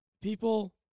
people